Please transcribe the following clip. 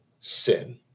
sin